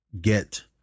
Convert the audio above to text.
get